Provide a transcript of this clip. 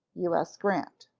u s. grant.